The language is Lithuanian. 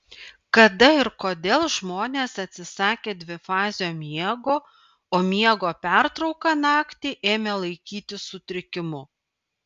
kada ir kodėl žmonės atsisakė dvifazio miego o miego pertrauką naktį ėmė laikyti sutrikimu